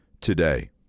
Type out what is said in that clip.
today